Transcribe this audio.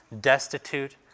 destitute